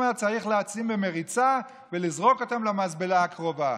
צריך לשים במריצה ולזרוק אותם למזבלה הקרובה,